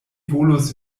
volus